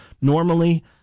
normally